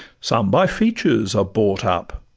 some by features are bought up,